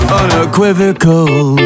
unequivocal